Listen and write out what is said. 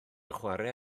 chwarae